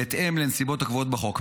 בהתאם לנסיבות הקבועות בחוק.